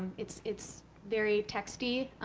it's it's very texty.